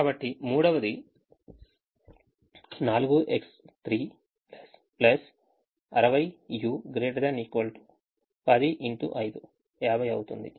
కాబట్టి మూడవది 4X3 60u ≥ 10x5 50 అవుతుంది